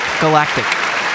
Galactic